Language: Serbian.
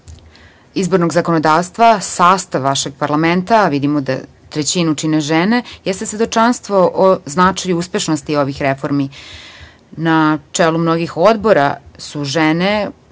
izbornog zakonodavstva, sastav vašeg parlamenta, v idimo da trećinu čine žene, jeste svedočanstvo o značaju uspešnosti ovih reformi. Na čelu mnogih odbora su žene,